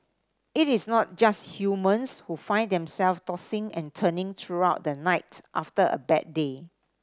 it is not just humans who find themselves tossing and turning throughout the night after a bad day